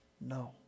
No